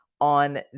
on